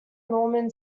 norman